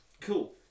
cool